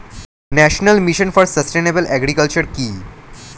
National mission for sustainable agriculture কি?